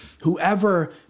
Whoever